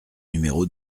numéro